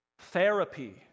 therapy